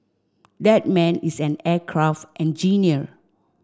that man is an aircraft engineer